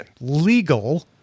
legal